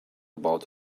about